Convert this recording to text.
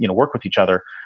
you know work with each other.